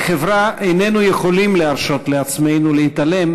כחברה איננו יכולים להרשות לעצמנו להתעלם